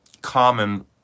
common